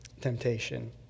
temptation